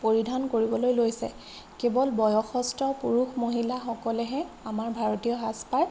পৰিধান কৰিবলৈ লৈছে কেৱল বয়সস্থ পুৰুষ মহিলাসকলেহে আমাৰ ভাৰতীয় সাজপাৰ